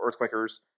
Earthquakers